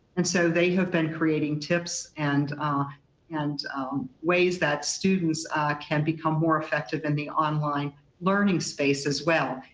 and so they have been creating tips and and ways that students can become more effective in the online learning space as well.